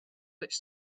which